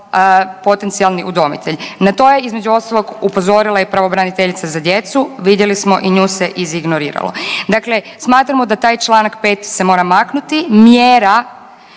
potencijalni udomitelj. Na to je između ostalog upozorila i pravobraniteljica za djecu, vidjeli smo i nju se iz ignoriralo. Dakle, smatramo da taj Članak 5. se mora maknuti, mjera